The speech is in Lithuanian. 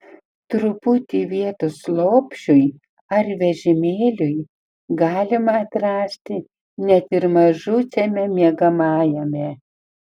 truputį vietos lopšiui ar vežimėliui galima atrasti net ir mažučiame miegamajame